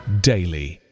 daily